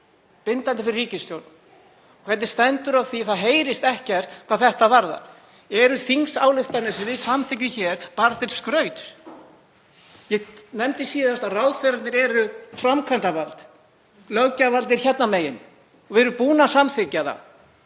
bindandi fyrir ríkisstjórn. Hvernig stendur á því að það heyrist ekkert hvað þetta varðar? Eru þingsályktanir sem við samþykkjum hér bara til skrauts? Ég nefndi síðast að ráðherrarnir eru framkvæmdarvald, löggjafarvaldið er hérna megin og við erum búin að samþykkja þetta.